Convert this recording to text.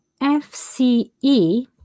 FCE